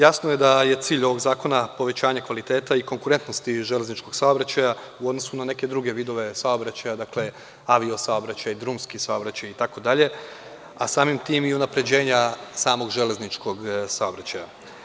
Jasno je da je cilj ovog zakona povećanje kvaliteta i konkurentnosti železničkog saobraćaja u odnosu na neke druge vidove saobraćaja, dakle, avio saobraćaj, drumski saobraćaj itd. a samim tim i unapređenja samog železničkog saobraćaja.